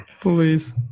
Please